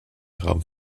raum